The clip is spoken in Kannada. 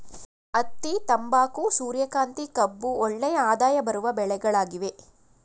ಹತ್ತಿ, ತಂಬಾಕು, ಸೂರ್ಯಕಾಂತಿ, ಕಬ್ಬು ಒಳ್ಳೆಯ ಆದಾಯ ಬರುವ ಬೆಳೆಗಳಾಗಿವೆ